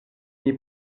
mia